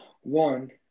One